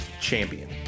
Champion